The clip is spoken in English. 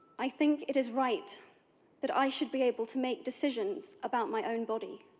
i think it is right that i should be able to make decisions about my own body.